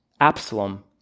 Absalom